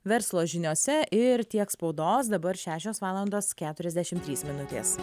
verslo žiniose ir tiek spaudos dabar šešios valandos keturiasdešimt trys minutės